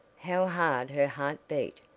how hard her heart beat!